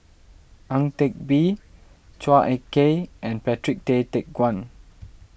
Ang Teck Bee Chua Ek Kay and Patrick Tay Teck Guan